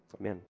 Amen